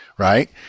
right